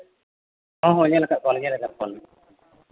ᱦᱮᱸ ᱦᱮᱸ ᱧᱮᱞ ᱠᱟᱜ ᱠᱚᱣᱟᱞᱤᱧ ᱧᱮᱞ ᱠᱟᱜ ᱠᱚᱣᱟᱞᱤᱧ